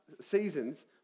seasons